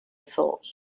thought